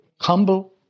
humble